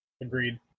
Agreed